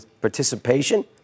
participation